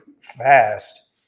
fast